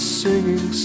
singing